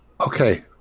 Okay